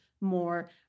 more